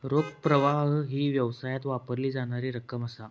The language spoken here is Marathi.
रोख प्रवाह ही व्यवसायात वापरली जाणारी रक्कम असा